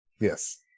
Yes